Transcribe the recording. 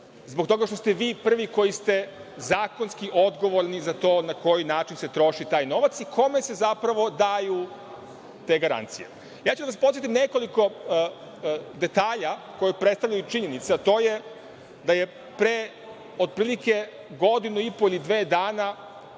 zbog toga što ste vi prvi koji ste zakonski odgovorni za to na koji način se troši taj novac i kome se zapravo daju te garancije. Ja ću da vas podsetim na nekoliko detalja koji predstavljaju činjenice, a to je da je pre otprilike godinu i po ili dve dana